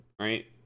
right